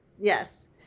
yes